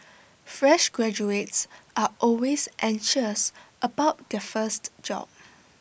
fresh graduates are always anxious about their first job